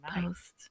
post